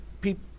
people